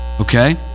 Okay